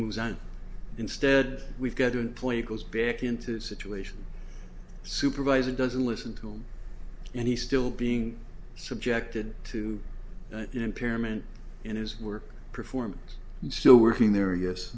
moves on instead we've got to play goes back into a situation supervisor doesn't listen to him and he still being subjected to an impairment in his work performance and still working there yes